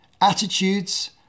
attitudes